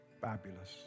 Fabulous